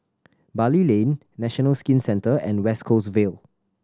Bali Lane National Skin Centre and West Coast Vale